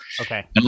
Okay